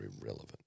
irrelevant